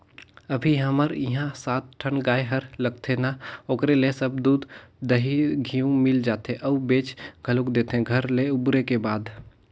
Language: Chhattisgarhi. अभी हमर इहां सात ठन गाय हर लगथे ना ओखरे ले सब दूद, दही, घींव मिल जाथे अउ बेंच घलोक देथे घर ले उबरे के बाद